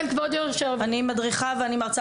אני מדריכה ואני מרצה